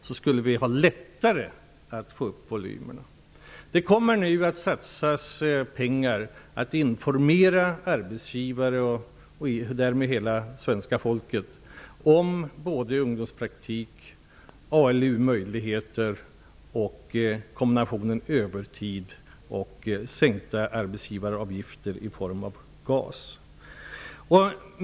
Då skulle vi ha lättare att få upp volymerna. Det kommer nu att satsas pengar på att informera arbetsgivare, och därmed hela svenska folket, om ungdomspraktik, ALU-möjligheter samt kombinationen övertid och sänkta arbetsgivaravgifter i form av GAS.